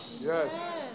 Yes